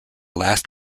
last